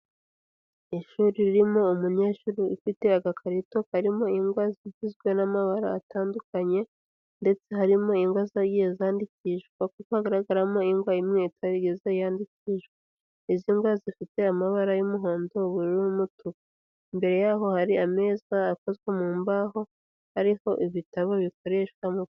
Ishuri ririmo umunyeshuri ufite agakarito karimo igwa zigizwe n'amabara atandukanye, ndetse harimo ingwa zagiye zandikishwa, kuko hagaragaramo ingwa imwe itarigeze yandikishwa. Izi ngwa zifite amabara y'umuhondo, ubururu, n'umutuku. Imbere yaho hari ameza akozwe mu mbaho, hariho ibitabo bikoreshwamo.